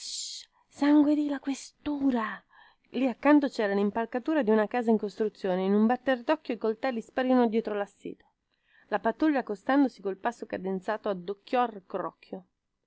sangue di la questura lì accanto cera limpalcatura di una casa in costruzione e in un batter docchio i coltelli sparirono dietro lassito la pattuglia accostandosi col passo cadenzato addocchiò il crocchio